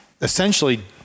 essentially